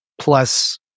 plus